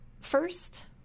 first